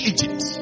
Egypt